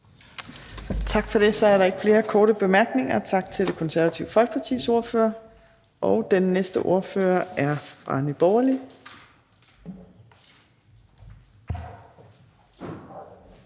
Tak for det. Så er der ikke flere korte bemærkninger. Tak til Det Konservative Folkepartis ordfører. Den næste ordfører er fra Nye